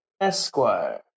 Esquire